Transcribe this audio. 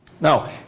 Now